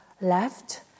left